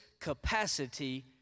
capacity